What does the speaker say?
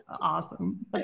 awesome